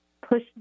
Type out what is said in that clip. Push